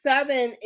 Seven